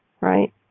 right